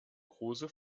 große